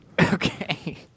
Okay